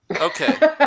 Okay